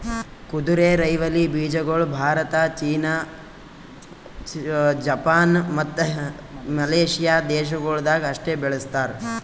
ಕುದುರೆರೈವಲಿ ಬೀಜಗೊಳ್ Bharat, China, Japan, ಮತ್ತ ಮಲೇಷ್ಯಾ ದೇಶಗೊಳ್ದಾಗ್ ಅಷ್ಟೆ ಬೆಳಸ್ತಾರ್